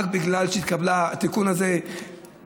רק בגלל שהתקבל התיקון הזה,